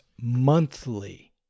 monthly